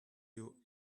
you